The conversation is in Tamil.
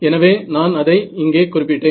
எனவே நான் அதை இங்கே குறிப்பிட்டேன்